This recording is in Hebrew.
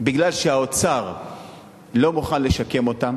מפני שהאוצר לא מוכן לשקם אותם